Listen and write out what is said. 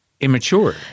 immature